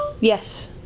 yes